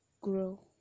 grow